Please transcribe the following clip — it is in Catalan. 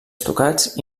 estucats